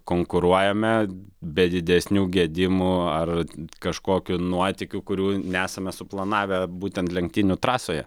konkuruojame be didesnių gedimų ar kažkokių nuotykių kurių nesame suplanavę būtent lenktynių trasoje